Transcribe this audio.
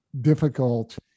difficult